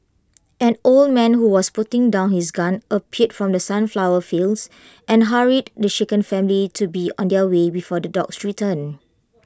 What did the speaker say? an old man who was putting down his gun appeared from the sunflower fields and hurried the shaken family to be on their way before the dogs return